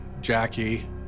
Jackie